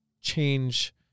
change